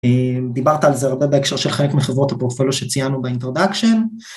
דיברת על זה הרבה בהקשר של חלק מחברות הפורפולו שצייננו באינטרדקשן.